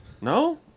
No